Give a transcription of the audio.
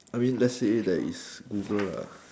I mean lets say there is Google lah